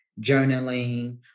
journaling